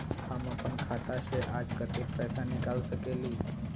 हम अपन खाता से आज कतेक पैसा निकाल सकेली?